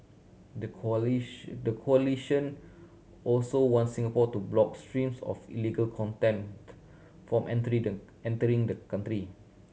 the coalition the coalition also want Singapore to block streams of illegal content from entering entering the country